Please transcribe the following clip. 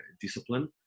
discipline